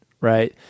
right